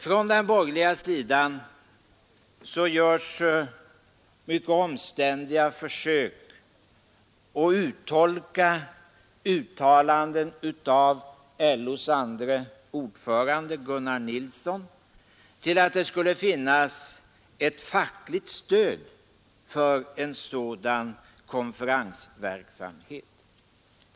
Från den borgerliga sidan görs mycket omständliga försök att uttolka uttalandena av LO:s andre ordförande Gunnar Nilsson till att det skulle finnas ett fackligt stöd för en sådan konferensverksamhet.